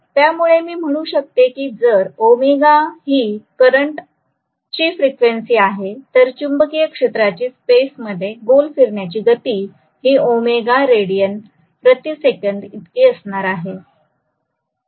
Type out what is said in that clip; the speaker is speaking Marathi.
त्यामुळे मी म्हणू शकतो की जर ओमेगा ही करंटची फ्रिक्वेन्सी आहे तर चुंबकीय क्षेत्राची स्पेस मध्ये गोल फिरण्याची गती ही ओमेगा रेडीयन प्रति सेकंद इतकी असणार आहे